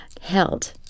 held